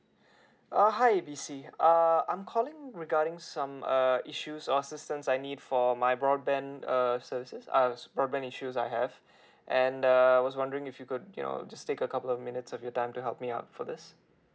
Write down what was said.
uh hi A B C uh I'm calling regarding some uh issues or assistance I need for my broadband err services err s~ broadband issues that I have and uh I was wondering if you could you know just take a couple of minutes of your time to help me out for this